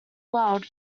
world